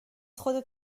خودت